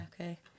okay